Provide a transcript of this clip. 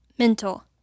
Mental